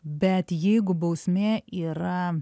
bet jeigu bausmė yra